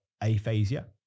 aphasia